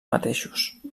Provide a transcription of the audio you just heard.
mateixos